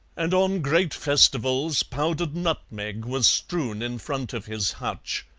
and on great festivals powdered nutmeg was strewn in front of his hutch,